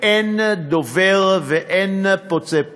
ואין דובר ואין פוצה פה,